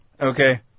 Okay